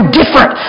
different